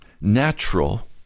natural